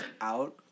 out